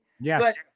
Yes